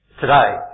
today